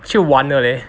去玩的 leh